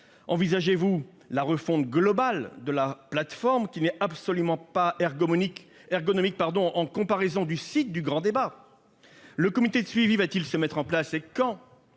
Envisagez-vous une refonte globale de la plateforme, qui n'est absolument pas ergonomique par comparaison avec le site du grand débat ? Le comité de suivi va-t-il se mettre en place, et si